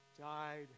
died